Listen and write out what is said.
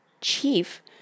Chief